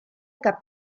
cap